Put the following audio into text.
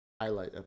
highlight